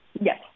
Yes